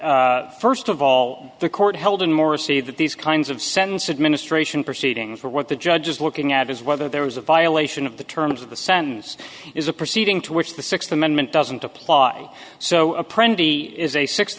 first of all the court held in more see that these kinds of sentences ministration proceedings for what the judge is looking at is whether there was a violation of the terms of the sentence is a proceeding to which the sixth amendment doesn't apply so a pretty is a sixth